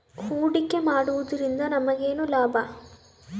ಹೂಡಿಕೆ ಮಾಡುವುದರಿಂದ ನನಗೇನು ಲಾಭ?